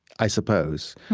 i suppose,